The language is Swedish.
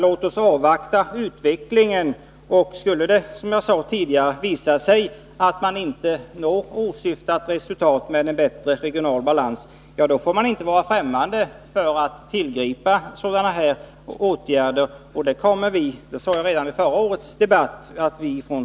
Låt oss emellertid avvakta utvecklingen.